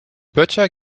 böttcher